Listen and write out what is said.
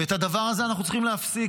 ואת הדבר הזה אנחנו צריכים להפסיק.